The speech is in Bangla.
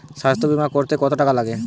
স্বাস্থ্যবীমা করতে কত টাকা লাগে?